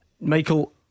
Michael